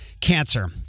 cancer